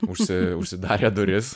užsi užsidarė duris